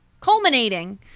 Culminating